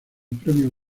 premio